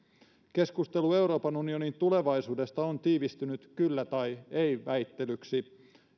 keskustelu euroopan unionin tulevaisuudesta on tiivistynyt kyllä tai ei väittelyksi